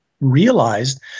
realized